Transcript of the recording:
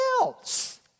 else